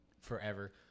forever